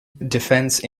defense